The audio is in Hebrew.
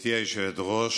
גברתי היושבת-ראש,